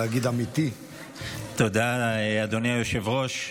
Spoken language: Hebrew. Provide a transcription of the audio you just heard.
תודה, אדוני היושב-ראש.